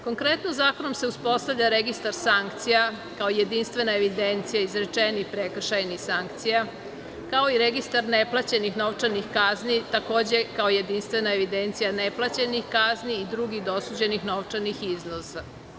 Konkretno zakonom se uspostavlja registar sankcija kao jedinstvena evidencija izrečenih prekršajnih sankcija, kao i registar neplaćenih novčanih kazni takođe kao jedinstvena evidencija neplaćenih kazni i drugih osuđenih novčanih iznosa.